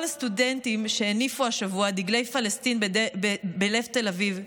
כל הסטודנטים שהניפו השבוע דגלי פלסטין בלב תל אביב,